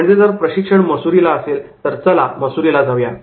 म्हणजे जर प्रशिक्षण मसुरीला असेल तर चला मसुरीला जाऊया